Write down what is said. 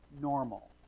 normal